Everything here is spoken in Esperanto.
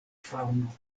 faŭno